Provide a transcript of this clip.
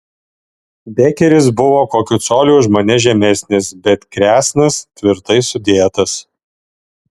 bekeris buvo kokiu coliu už mane žemesnis bet kresnas tvirtai sudėtas